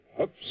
Oops